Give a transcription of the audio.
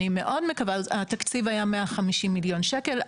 150 מיליון שקל.